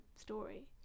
story